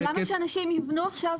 למה שאנשים יבנו עכשיו?